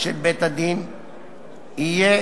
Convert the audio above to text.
של בית-הדין יהיה